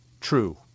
true